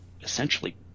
essentially